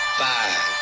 five